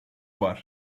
var